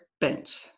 bench